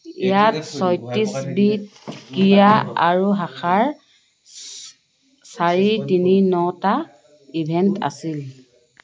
ইয়াত ছয়ত্ৰিছ বিধ ক্ৰীড়া আৰু শাখাৰ চাৰি তিনি নটা ইভেণ্ট আছিল